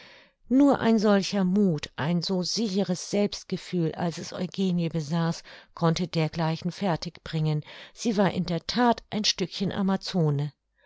nur ein solcher muth ein so sicheres selbstgefühl als es eugenie besaß konnte dergleichen fertig bringen sie war in der that ein stückchen amazone